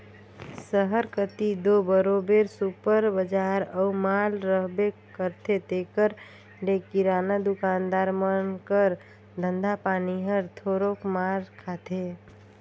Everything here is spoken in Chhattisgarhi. सहर कती दो बरोबेर सुपर बजार अउ माल रहबे करथे तेकर ले किराना दुकानदार मन कर धंधा पानी हर थोरोक मार खाथे